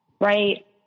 right